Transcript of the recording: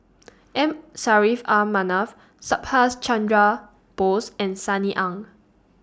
M Saffri A Manaf Subhas Chandra Bose and Sunny Ang